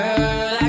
Girl